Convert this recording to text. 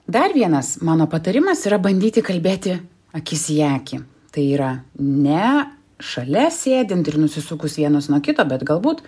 dar vienas mano patarimas yra bandyti kalbėti akis į akį tai yra ne šalia sėdint ir nusisukus vienas nuo kito bet galbūt